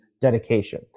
dedication